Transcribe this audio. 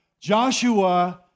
Joshua